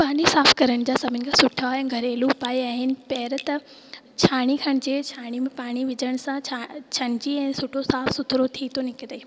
पाणी साफ़ु करण जा सभिनि खां सुठा ऐं घरेलू उपाए आहिनि पहिरियों त छाणी खणिजे छाणी में पाणी विझण सां छ छंची ऐं सुठो साफ़ु सुथरो थी थो निकिरे